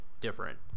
different